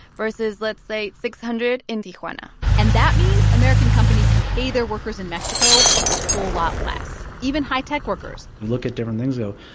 versus, let's say, six hundred dollars in tijuana and that means american companies can pay their workers in mexico a whole lot less, even high-tech workers you look at different things, though.